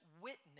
witness